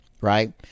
right